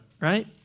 right